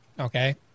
Okay